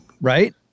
right